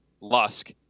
Lusk